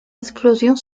explosion